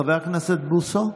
חבר הכנסת בוסו,